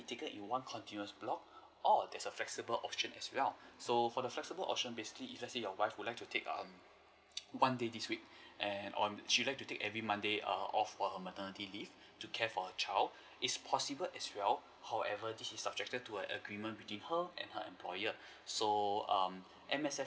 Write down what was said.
taken in one continuous block or there's a flexible option as well so for the flexible option basically if let's say your wife would like to take um one day this week and on she'd like to take every monday err off for her maternity leave to care for her child is possible as well however this is subjected to a agreement between her and her employer so um M_S_F